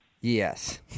Yes